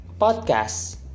podcast